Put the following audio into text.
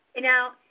Now